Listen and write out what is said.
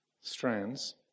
strands